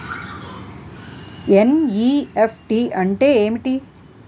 NEFT అంటే ఏమిటి?